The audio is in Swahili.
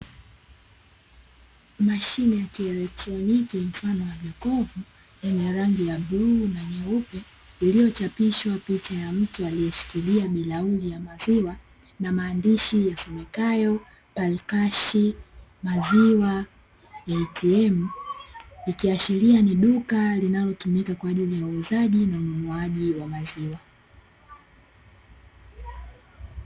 Mashine ya kielektroniki mfano wa jokofu ina rangi ya bluu na nyeupe, iliyo chapishwa picha ya mtu aliyeshikilia bilauri ya maziwa, na maandishi yasomekayo "PARKASH" maziwa ya "ATM" ikiashiria ni duka linalotumika kwa ajili ya uuzaji na ununuaji wa maziwa.